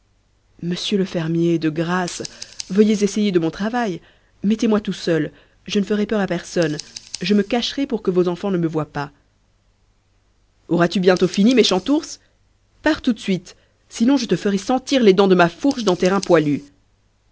monsieur le fermier de grâce veuillez essayer de mon travail mettez-moi tout seul je ne ferai peur à personne je me cacherai pour que vos enfants ne me voient pas auras-tu bientôt fini méchant ours pars tout de suite sinon je te ferai sentir les dents de ma fourche dans tes reins poilus